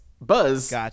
Buzz